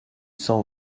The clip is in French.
cent